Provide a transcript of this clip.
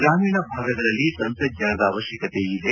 ಗ್ರಾಮೀಣ ಭಾಗಗಳಲ್ಲಿ ತಂತ್ರಜ್ಞಾನದ ಅವಕ್ಕಕತೆ ಇದೆ